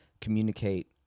communicate